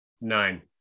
Nine